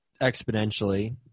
exponentially